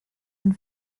and